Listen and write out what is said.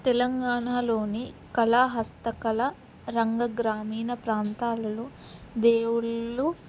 తెలంగాణలోని కళ హస్తకళరంగ గ్రామీణ ప్రాంతాలలో దేవుళ్ళు